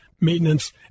maintenance